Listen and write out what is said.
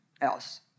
else